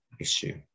issue